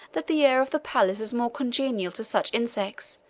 that the air of the palace is more congenial to such insects,